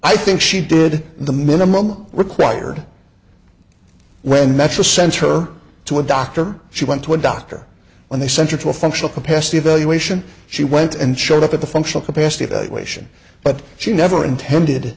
i think she did the minimum required when metro center to a doctor she went to a doctor when they sent her to a functional capacity evaluation she went and showed up at the functional capacity that way sure but she never intended